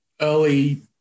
early